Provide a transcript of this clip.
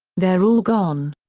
they're all gone.